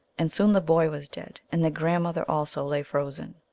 and soon the boy was dead, and the grandmother also lay frozen.